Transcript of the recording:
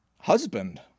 husband